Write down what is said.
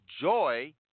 Joy